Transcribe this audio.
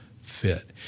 fit